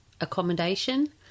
accommodation